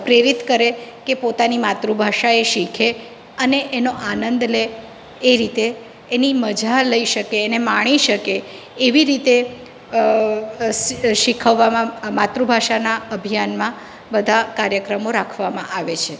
પ્રેરિત કરે કે પોતાની માતૃભાષા એ શીખે અને એનો આનંદ લે એ રીતે એની મજા લઈ શકે એને માણી શકે એવી રીતે સી શીખવવામાં આ માતૃભાષાના અભિયાનમાં બધા કાર્યક્રમો રાખવામાં આવે છે